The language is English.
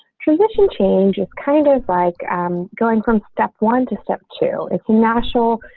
transition change is kind of like um going from step one to step two. it's natural.